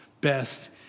best